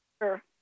Sure